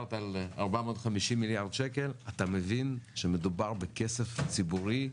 דיברת על 450 מיליארד שקל אתה מבין שמדובר בכסף ציבורי,